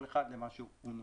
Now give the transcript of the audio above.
בסעיף 14